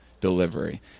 delivery